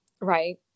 Right